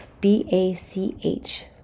B-A-C-H